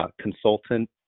consultant